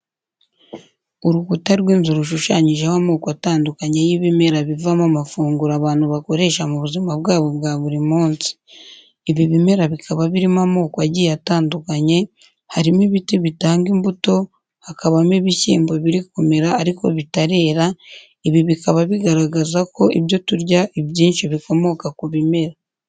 Urukuta rw'inzu rushushanyijeho amoko atandukanye y'ibimera bivamo amafunguro abantu bakoresha mu buzima bwabo bwa buri munsi. Ibi bimera bikaba birimo amako agiye atandukanye, harimo ibiti bitanga imbuto, hakabamo ibishyimbo biri kumera ariko bitarera, ibi bikaba bigaragaza ko ibyo turya ibyinshi bikomoka ku bimera.